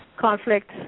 conflict